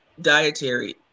dietary